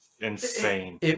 insane